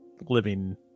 living